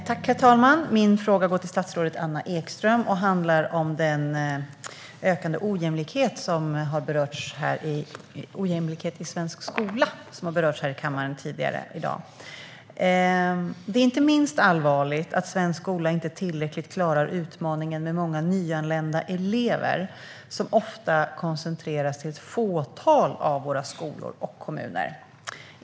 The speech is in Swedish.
Herr talman! Min fråga går till statsrådet Anna Ekström och handlar om den ökande ojämlikheten i svensk skola som har berörts här i kammaren tidigare i dag. Det är inte minst allvarligt att svensk skola inte tillräckligt klarar utmaningen med många nyanlända elever, som ofta koncentreras till ett fåtal av våra skolor och kommuner.